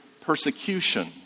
persecution